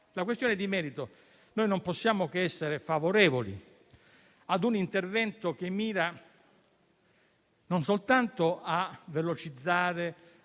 la questione di merito, non possiamo che essere favorevoli a un intervento che mira non soltanto a velocizzare